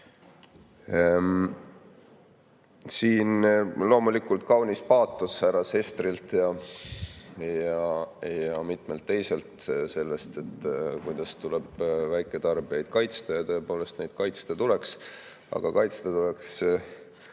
loomulikult kaunis paatos härra Sesterilt ja mitmelt teiselt sellest, kuidas tuleb väiketarbijaid kaitsta, ja tõepoolest neid kaitsta tuleks, aga kaitsta tuleks